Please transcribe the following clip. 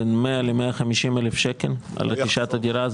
בין 100,000 ל-150,000 שקל על רכישת הדירה.